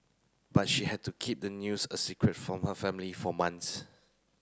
but she had to keep the news a secret from her family for months